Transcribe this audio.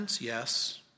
yes